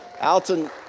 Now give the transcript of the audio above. Alton